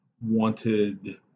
wanted